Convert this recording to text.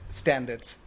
standards